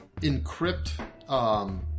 encrypt